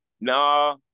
Nah